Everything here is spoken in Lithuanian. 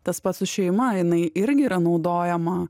tas pats su šeima jinai irgi yra naudojama